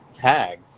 tag